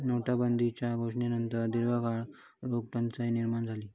नोटाबंदीच्यो घोषणेनंतर दीर्घकाळ रोख टंचाई निर्माण झाली